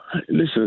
Listen